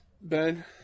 Ben